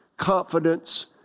confidence